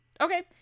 Okay